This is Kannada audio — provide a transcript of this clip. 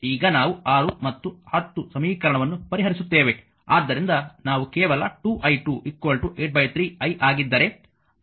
ಆದ್ದರಿಂದ ನಾವು ಕೇವಲ 2i2 83i ಆಗಿದ್ದರೆ